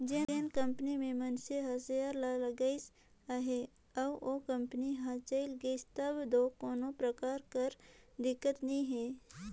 जेन कंपनी में मइनसे हर सेयर ल लगाइस अहे अउ ओ कंपनी हर चइल गइस तब दो कोनो परकार कर दिक्कत नी हे